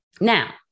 Now